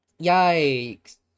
yikes